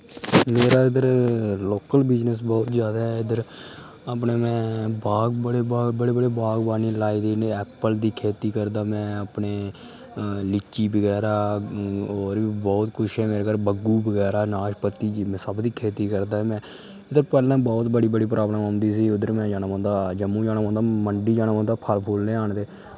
मेरा इद्धर local business बहुत जैदा ऐ इद्धर अपने में बाग बड़े बाग बड़े बड़े बाग बागबानी लाई दी में ऐप्पल दी खेती करना में अपने लीची बगैरा होर बी बहुत किश मेरे घर बग्घू बगैरा नाशपती जिन्ने सब दी खेती करना में ते पैह्लें बहुत बड्डी बड्डी प्राब्लम औंदी ही उद्धर में जाना पौंदा हा जम्मू जाना पौंदा हा मंडी जाना पौंदा हा फल फुल लेहान ते